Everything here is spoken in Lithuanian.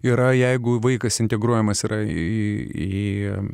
yra jeigu vaikas integruojamas į